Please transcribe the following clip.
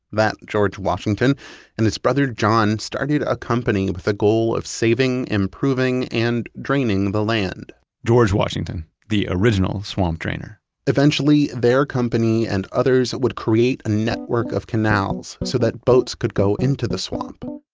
that george washington and his brother john started a company with the goal of saving, improving, and draining the land george washington, the original swamp drainer eventually, their company and others would create a network of canals so that boats could go into the swamp.